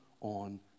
on